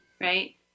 right